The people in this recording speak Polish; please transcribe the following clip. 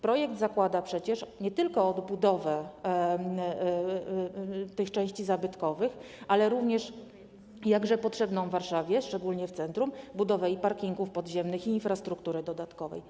Projekt zakłada przecież nie tylko odbudowę części zabytkowych, ale również jakże potrzebną Warszawie, szczególnie w centrum, budowę i parkingów podziemnych, i infrastruktury dodatkowej.